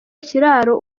kiraro